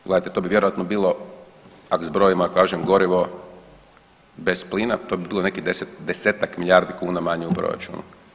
Gledajte to bi vjerojatno bilo ak zbrojimo a kažem gorivo bez plina to bi bilo nekih 10, desetak milijardi kuna manje u proračunu.